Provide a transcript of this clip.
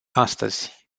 astăzi